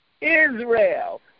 Israel